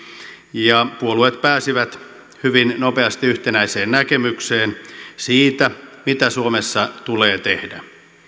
ja puolueet pääsivät hyvin nopeasti yhtenäiseen näkemykseen siitä mitä suomessa tulee tehdä